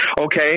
okay